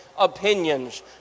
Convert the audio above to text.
opinions